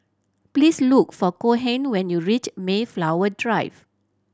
please look for Cohen when you reach Mayflower Drive